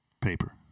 Paper